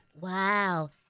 Wow